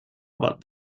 about